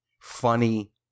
funny